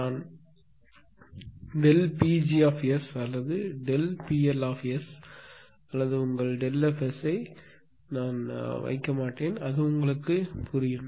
நான் Pg அல்லது ΔP L அல்லது உங்கள் Δf வைக்க மாட்டேன் அது உங்களுக்கு புரியும்